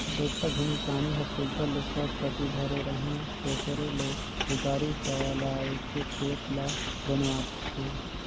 बरिखा घनी पानी हर सुग्घर ले सब कती भरे रहें तेकरे ले कुदारी चलाएके खेत ल बनुवाथे